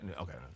okay